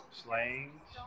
slayings